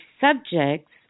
subjects